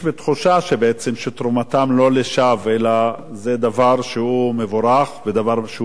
שבעצם תרומתם לא לשווא אלא זה דבר שהוא מבורך ודבר שהוא חשוב.